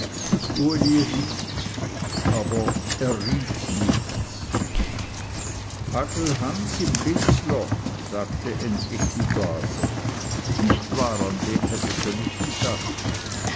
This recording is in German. aber erriet nichts hagelhans im blitzloch sagte endlich die base nicht wahr an den hättest nicht gedacht